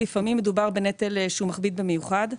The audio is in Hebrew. לפעמים מדובר בנטל שהוא מכביד במיוחד.